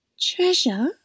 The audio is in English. Treasure